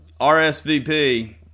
RSVP